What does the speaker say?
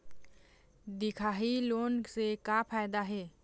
दिखाही लोन से का फायदा हे?